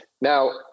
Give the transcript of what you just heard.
Now